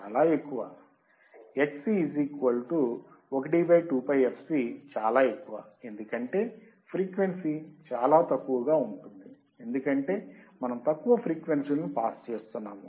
X 1 2ΠfC చాలా ఎక్కువ ఎందుకంటే ఫ్రీక్వెన్సీ చాలా తక్కువగా ఉంటుంది ఎందుకంటే మనం తక్కువ ఫ్రీక్వెన్సీలను పాస్ చేస్తున్నాము